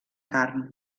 carn